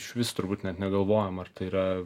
išvis turbūt net negalvojam ar tai yra